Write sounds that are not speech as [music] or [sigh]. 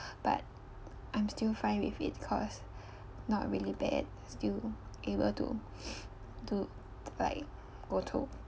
but I'm still fine with it cause not really bad still able to [noise] to like go to